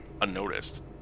unnoticed